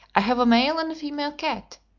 i have a male and a female cat.